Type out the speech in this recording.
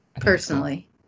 personally